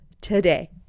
today